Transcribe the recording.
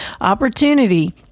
Opportunity